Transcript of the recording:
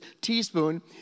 teaspoon